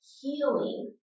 healing